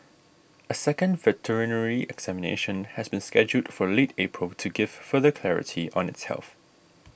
a second veterinary examination has been scheduled for late April to give further clarity on its health